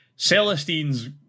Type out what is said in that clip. celestine's